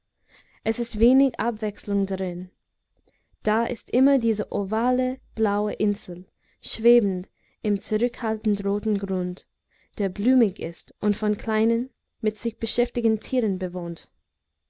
es ist wenig abwechslung darin da ist immer diese ovale blaue insel schwebend im zurückhaltend roten grund der blumig ist und von kleinen mit sich beschäftigten tieren bewohnt